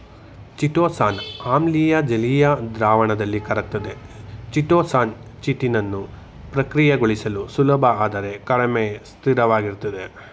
chitosan ಆಮ್ಲೀಯ ಜಲೀಯ ದ್ರಾವಣದಲ್ಲಿ ಕರಗ್ತದೆ ಚಿಟೋಸಾನ್ ಚಿಟಿನನ್ನು ಪ್ರಕ್ರಿಯೆಗೊಳಿಸಲು ಸುಲಭ ಆದರೆ ಕಡಿಮೆ ಸ್ಥಿರವಾಗಿರ್ತದೆ